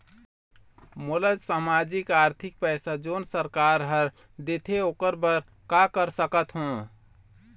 मोला सामाजिक आरथिक पैसा जोन सरकार हर देथे ओकर बर का कर सकत हो?